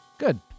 Good